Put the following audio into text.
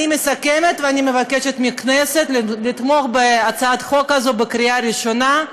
אני מסכמת ומבקשת מהכנסת לתמוך בהצעת החוק הזאת בקריאה ראשונה,